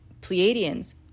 Pleiadians